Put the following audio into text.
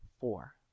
four